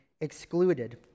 excluded